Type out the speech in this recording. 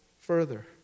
further